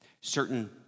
certain